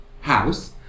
house